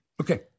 Okay